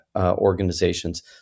organizations